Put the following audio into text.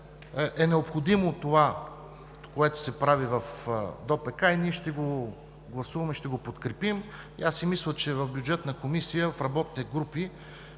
е необходимо това, което се прави в ДОПК и ние ще го гласуваме и подкрепим. Мисля, че в Бюджетната комисия в работните групи